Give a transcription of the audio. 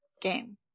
game